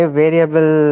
variable